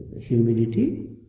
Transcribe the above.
humidity